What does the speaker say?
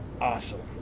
awesome